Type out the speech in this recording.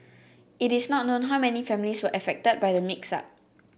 it is not known how many families were affected by the mix up